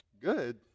good